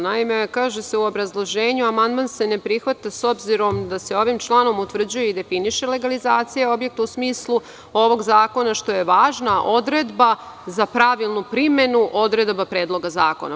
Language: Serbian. Naime, kaže se u obrazloženju – amandman se ne prihvata s obzirom da se ovim članom utvrđuje i definiše, legalizacija objekta u smislu ovog zakona što je važna odredba za pravilnu primenu odredaba Predloga zakona.